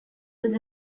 was